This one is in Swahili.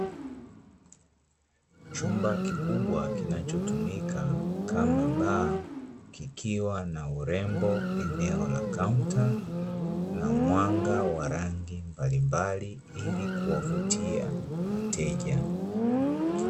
Chumba kikubwa kinachotumika kama baa, kikiwa na urembo kwenye eneo la kaunta na mwanga wa rangi mbalimbali ili kuwavutia wateja.